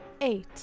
Eight